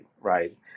right